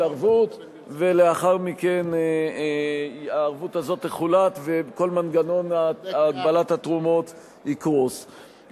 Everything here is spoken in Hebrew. ערבות ולאחר מכן הערבות הזאת תחולט וכל מנגנון הגבלת התרומות יקרוס.